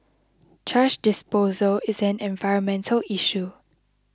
trash disposal is an environmental issue